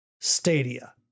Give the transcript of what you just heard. Stadia